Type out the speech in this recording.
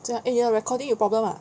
真的 eh 你的 recording 有 problem ah